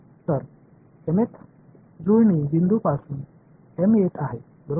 तर mth जुळणी बिंदू पासून m येत आहे बरोबर आहे